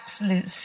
absolute